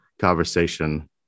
conversation